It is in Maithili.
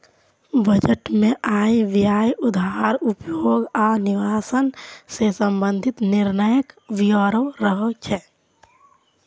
बजट मे आय, व्यय, उधार, उपभोग आ निवेश सं संबंधित निर्णयक ब्यौरा रहै छै